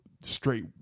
straight